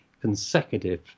consecutive